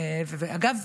אגב,